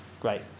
Great